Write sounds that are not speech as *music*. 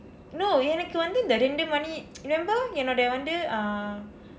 no எனக்கு வந்து இரண்டு மணி:enakku vanthu irandu mani *noise* remember என்னோட வந்து:ennoda vanthu ah